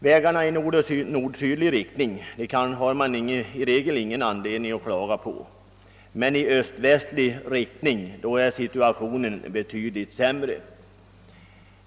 Vägarna i nord—sydlig riktning har man i regel ingen anledning att klaga på, men när det gäller dem som går i öst—västlig riktning är situationen betydligt sämre.